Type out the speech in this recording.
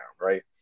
right